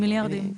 מיליארדים.